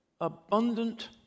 abundant